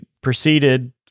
proceeded